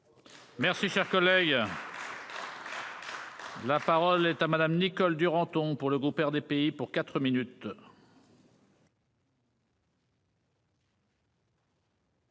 Merci cher collègue. La parole est à madame Nicole Duranton pour le groupe RDPI pour 4 minutes.